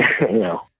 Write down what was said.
No